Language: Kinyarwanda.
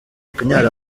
kunyara